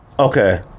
Okay